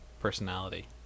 personality